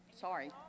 Sorry